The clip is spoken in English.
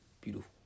beautiful